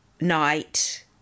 night